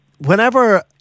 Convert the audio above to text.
Whenever